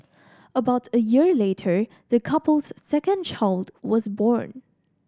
about a year later the couple's second child was born